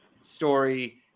story